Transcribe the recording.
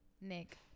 Nick